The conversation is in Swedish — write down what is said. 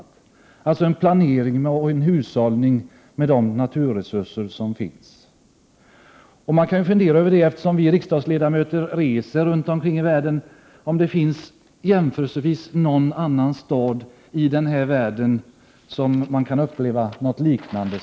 Det har alltså varit en planering och en hushållning med de naturresurser som finns. Vi riksdagsledamöter reser runt omkring i världen, och vi kan fundera över om det finns någon annan stad i världen där man kan uppleva något liknande.